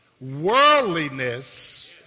worldliness